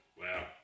Wow